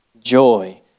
joy